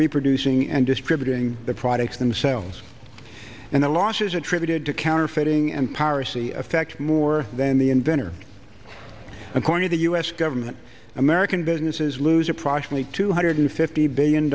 reproducing and distributing the products themselves and the losses attributed to counterfeiting and piracy affect more than the inventor according to u s government american businesses lose approximately two hundred fifty billion